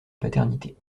paternité